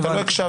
לא הקשבת.